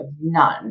None